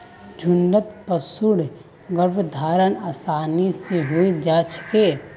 झुण्डत पशुर गर्भाधान आसानी स हई जा छेक